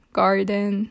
garden